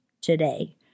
today